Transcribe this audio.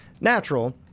natural